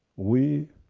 we.